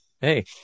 Hey